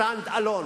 כ-stand alone.